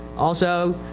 also,